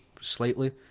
slightly